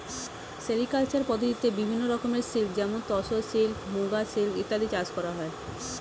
sericulture পদ্ধতিতে বিভিন্ন রকমের সিল্ক যেমন তসর সিল্ক, মুগা সিল্ক ইত্যাদি চাষ করা হয়